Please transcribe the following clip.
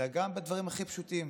אלא גם בדברים הכי פשוטים,